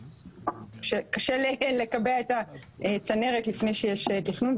קשה לקבע את הצנרת לפני שיש תכנון,